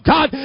God